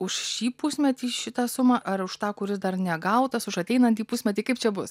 už šį pusmetį šitą sumą ar už tą kuris dar negautas už ateinantį pusmetį kaip čia bus